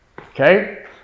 okay